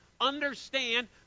understand